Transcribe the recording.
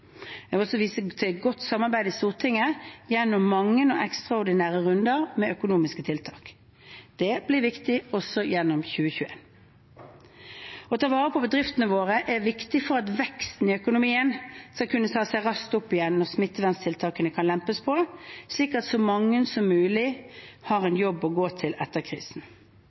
Jeg vil her også vise til godt samarbeid i Stortinget gjennom mange og ekstraordinære runder med økonomiske tiltak. Det blir viktig også gjennom 2021. Å ta vare på bedriftene våre er viktig for at veksten i økonomien skal kunne ta seg raskt opp igjen når smitteverntiltakene kan lempes på, slik at så mange som mulig har en jobb å gå til etter krisen.